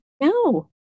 No